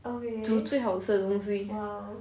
著最好吃的东西